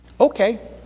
Okay